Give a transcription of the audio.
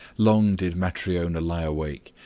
long did matryona lie awake,